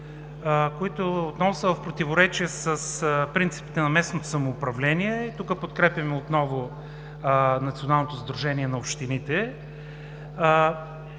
които отново са в противоречие с принципите на местното самоуправление. Тук отново подкрепяме Националното сдружение на общините.